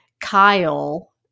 Kyle